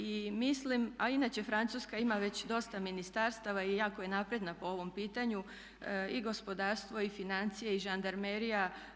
I mislim, a inače Francuska ima već dosta ministarstava i jako je napredna po ovom pitanju i gospodarstvo i financije i žandarmerija.